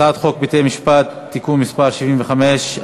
הצעת חוק בתי-המשפט (תיקון מס' 75),